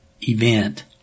event